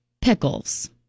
pickles